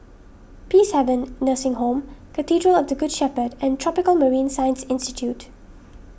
Peacehaven Nursing Home Cathedral of the Good Shepherd and Tropical Marine Science Institute